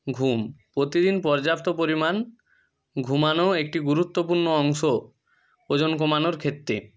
ঘুম প্রতিদিন পর্যাপ্ত পরিমাণ ঘুমানোও একটি গুরুত্বপূর্ণ অংশ ওজন কমানোর ক্ষেত্রে